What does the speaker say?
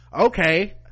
Okay